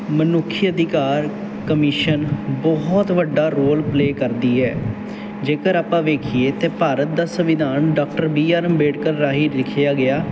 ਮਨੁੱਖੀ ਅਧਿਕਾਰ ਕਮਿਸ਼ਨ ਬਹੁਤ ਵੱਡਾ ਰੋਲ ਪਲੇ ਕਰਦੀ ਹੈ ਜੇਕਰ ਆਪਾਂ ਵੇਖੀਏ ਤਾਂ ਭਾਰਤ ਦਾ ਸੰਵਿਧਾਨ ਡਾਕਟਰ ਬੀ ਆਰ ਅੰਬੇਡਕਰ ਰਾਹੀਂ ਲਿਖਿਆ ਗਿਆ